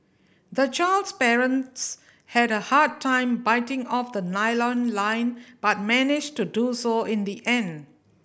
the child's parents had a hard time biting off the nylon line but managed to do so in the end